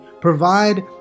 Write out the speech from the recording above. provide